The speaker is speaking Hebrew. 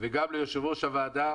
וגם ליושב-ראש הוועדה,